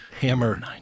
Hammer